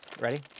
ready